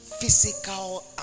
Physical